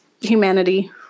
humanity